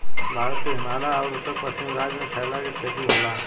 भारत के हिमालय अउर उत्तर पश्चिम राज्य में फैला के खेती होला